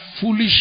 foolish